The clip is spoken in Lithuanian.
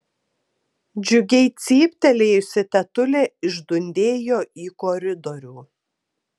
džiugiai cyptelėjusi tetulė išdundėjo į koridorių